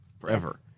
forever